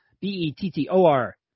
B-E-T-T-O-R